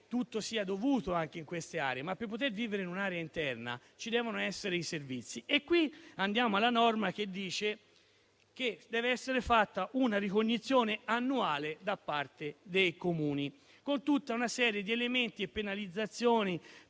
tutto sia dovuto, anche in queste aree. Per poter vivere in un'area interna, però, devono essere garantiti i servizi. E qui arriviamo alla norma che prevede una ricognizione annuale da parte dei Comuni, con tutta una serie di elementi e penalizzazioni,